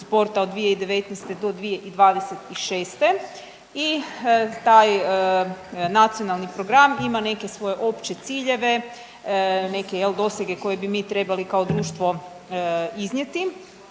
sporta od 2019. do 2026. i taj Nacionalni program ima neke svoje opće ciljeve, neke dosege koje bi mi trebali kao društvo iznijeti